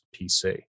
PC